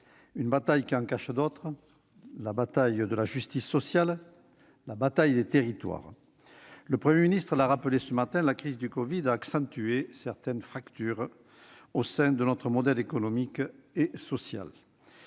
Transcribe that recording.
Elle en cache d'autres : la bataille de la justice sociale et la bataille des territoires. Le Premier ministre l'a rappelé ce matin, la crise de la covid a accentué certaines fractures au sein de notre modèle économique et social.